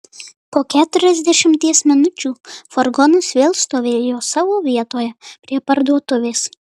po keturiasdešimties minučių furgonas vėl stovėjo savo vietoje prie parduotuvės